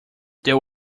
there